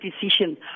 decision